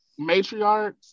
matriarchs